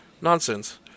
nonsense